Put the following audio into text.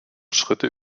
schritte